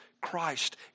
Christ